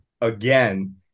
again